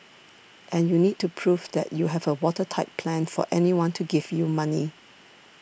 and you need to prove that you have a watertight plan for anyone to give you money